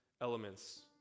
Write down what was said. elements